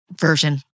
version